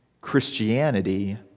Christianity